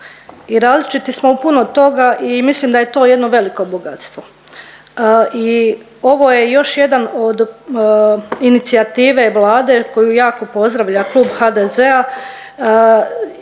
i različiti smo u puno toga i mislim da je to jedno veliko bogatstvo. I ovo je još jedan od inicijative Vlade koju jako pozdravlja klub HDZ-a